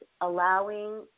allowing